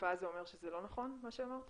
בשאיפה זה אומר שזה לא נכון, מה שאמרתי?